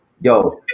yo